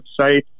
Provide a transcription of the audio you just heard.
website